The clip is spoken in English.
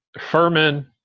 Furman